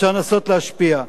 אפשר לנסות להשפיע,